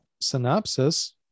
Synopsis